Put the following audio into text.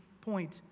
point